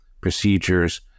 procedures